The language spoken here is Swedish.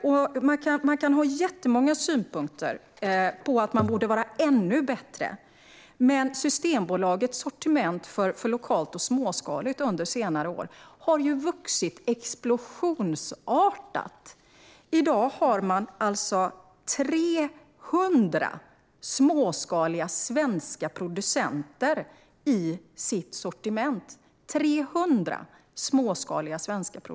Man kan ha jättemånga synpunkter på att det borde vara ännu bättre, men Systembolagets sortiment för lokalt och småskaligt under senare år har vuxit explosionsartat. I dag har Systembolaget 300 småskaliga svenska producenter i sitt sortiment - 300!